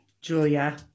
Julia